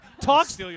talks